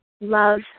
love